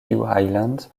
highland